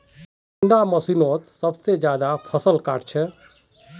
कुंडा मशीनोत सबसे ज्यादा फसल काट छै?